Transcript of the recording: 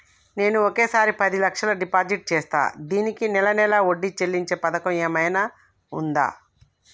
నేను ఒకేసారి పది లక్షలు డిపాజిట్ చేస్తా దీనికి నెల నెల వడ్డీ చెల్లించే పథకం ఏమైనుందా?